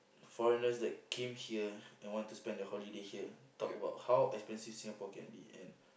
foreigners that came here and want to spend their holiday here talk about how expensive Singapore can be and